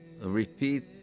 repeat